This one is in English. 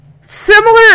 similar